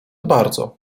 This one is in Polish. bardzo